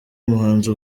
umuhanzi